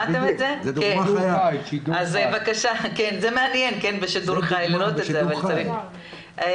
דורון, דיברתי איתך על כך מספר פעמים,